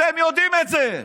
אתם יודעים את זה.